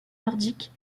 nordiques